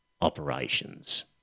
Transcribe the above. operations